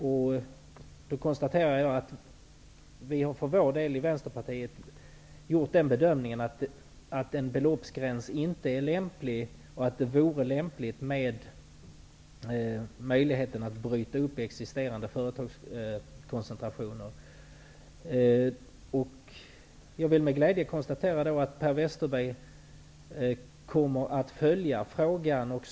Vi i Vänsterpartiet har för vår del gjort den bedömningen att en beloppsgräns inte är lämplig. Vi anser att det borde finnas en möjlighet att bryta upp existerande företagskoncentrationer. Jag kan med glädje konstatera att Per Westerberg kommer att följa frågan.